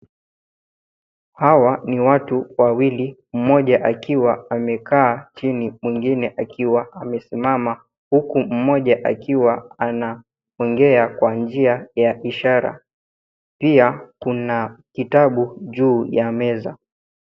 Hawa ni watu wawili, mmoja akiwa amekaa chini, mwingine akiwa amesimama, huku mmoja akiwa anaongea kwa njia ya ishara. Pia kuna kitabu juu ya meza.